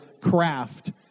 craft